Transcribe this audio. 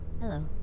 Hello